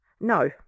No